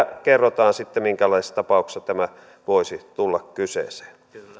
kerrotaan sitten minkälaisessa tapauksessa tämä voisi tulla kyseeseen